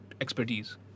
expertise